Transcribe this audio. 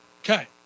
Okay